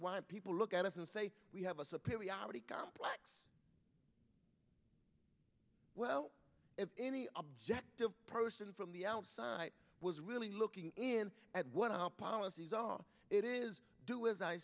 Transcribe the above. why people look at us and say we have a periodic complex well if any objective person from the outside was really looking in at what our policies are it is do as i